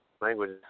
language